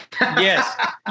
Yes